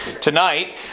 tonight